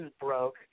broke